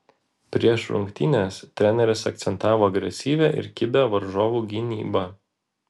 prieš rungtynes treneris akcentavo agresyvią ir kibią varžovų gynybą